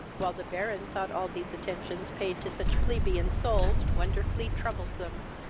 while the baron thought all these attentions paid to such plebeian souls wonderfully troublesome.